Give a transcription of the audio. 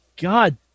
God